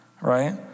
right